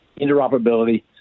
interoperability